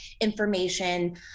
information